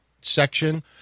section